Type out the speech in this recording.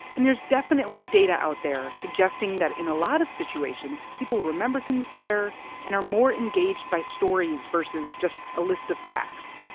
and there's definitely data out there suggesting that in a lot of situations, people remember things better and are more engaged by stories versus just a list of facts.